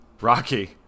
Rocky